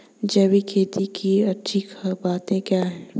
जैविक खेती की अच्छी बातें क्या हैं?